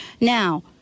Now